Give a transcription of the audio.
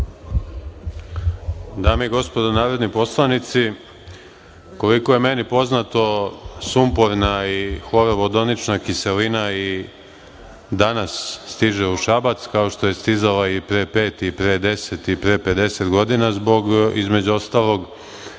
Dame i gospodo narodni poslanici, koliko je meni poznato sumporna i hlorovodonična kiselina i danas stiže u Šabac kao je stizala i pre deset i pre 50 godina zbog između ostalog